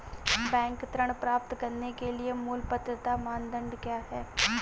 Bank ऋण प्राप्त करने के लिए मूल पात्रता मानदंड क्या हैं?